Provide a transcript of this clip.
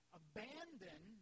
abandon